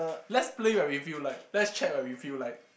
let's play when we feel like let's check when we feel like